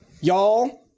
y'all